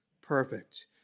perfect